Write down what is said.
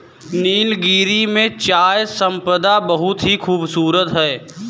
नीलगिरी में चाय संपदा बहुत ही खूबसूरत है